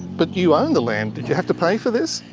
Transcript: but you own the land. did you have to pay for this?